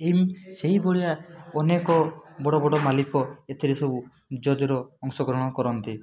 ସେଇଭଳିଆ ଅନେକ ବଡ଼ ବଡ଼ ମାଲିକ ଏଥିରେ ସବୁ ଜଜ୍ର ଅଂଶଗ୍ରହଣ କରନ୍ତି